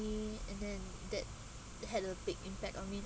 and then that had a big impact on me